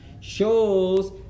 shows